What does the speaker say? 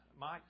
Mike